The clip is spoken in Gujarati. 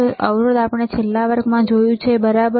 તેથી અવરોધ આપણે છેલ્લા વર્ગમાં જોયું છે બરાબર